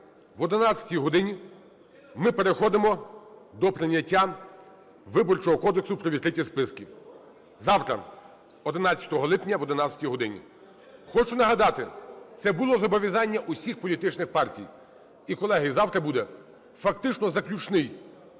об 11 годині ми переходимо до прийняття Виборчого кодексу про відкриті списки. Завтра, 11 липня, об 11 годині. Хочу нагадати: це було зобов'язання усіх політичних партій. І, колеги, завтра буде фактично заключний